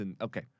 Okay